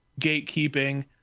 gatekeeping